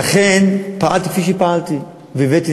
אבל עשיתי את